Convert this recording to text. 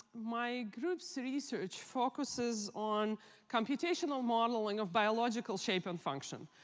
my group's research focuses on computational modeling of biological shape and function.